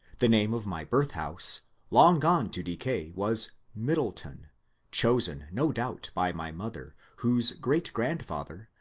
the name of my birth-house, long gone to decay, was middle ton chosen no doubt by my mother, whose great-grandfather,